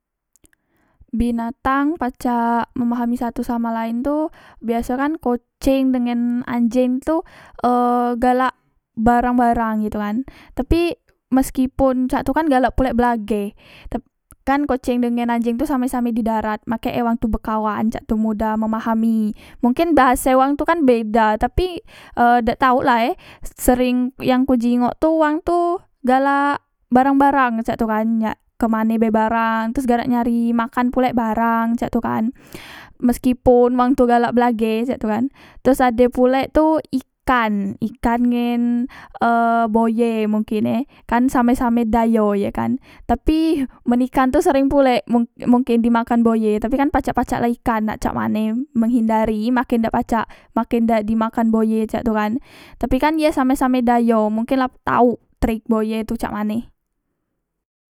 Binatang pacak memahami satu samo lain tu biaso e kan koceng dengen anjeng tu e galak barang barang cak tu kan tapik meskipun cak tu kan galak pulek belage tap kan koceng dengan anjeng tu same same di darat makek e wang tu bekawan cak tu mudah memahami mungkin bahase wang tu kan beda tapi e dak tau la e sering yang kujinggok tu wang tu galak barang barang cak tu kan yak kemane be barang terus garek nyari makan pulek barang cak tu kan meskipun wang tu galak belage cak tu kan teros ade pulek tu ikan ikan ngen e buaye mungkin e karne same same dayo ye kan tapi men ikan tu sereng pulek mungkin di makan buaye tapi kan pacak pacak la ikan nak cak mane menghindari makin dak pacak makin dak dimakan buaye cak tu kan tapi kan ye same same di ayo mungkin la tauk trik buaye tu cak mane